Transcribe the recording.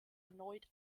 erneut